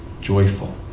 joyful